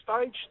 stage